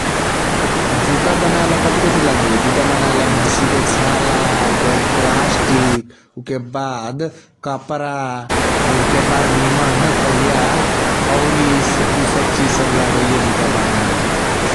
जूता बनायल कथी कथी लागैया । जूता बनायल बैसी के साला उके बाद प्लास्टिक । उके बाद कपड़ा आ उके बाद निमन करिया पौलिस । उसब चीज सब लागैया जूता बनेला ।